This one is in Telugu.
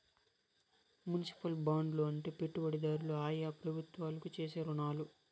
మునిసిపల్ బాండ్లు అంటే పెట్టుబడిదారులు ఆయా ప్రభుత్వాలకు చేసే రుణాలు